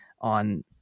on